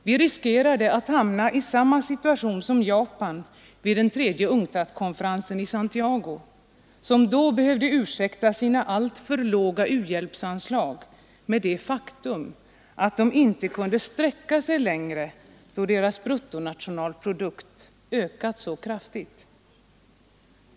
Vi riskerar att hamna i samma situation som Japan vid den tredje UNCTAD-konferensen i Santiago 1971, som då behövde ursäkta sina alltför låga u-hjälpsanslag med det faktum att man inte kunde sträcka sig längre, då Japans bruttonationalprodukt ökat så kraftigt.